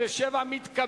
(תיקוני חקיקה), התשס"ז 2007, מתקבלת.